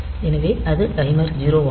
எனவே அது டைமர் 0 ஆகும்